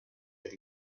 per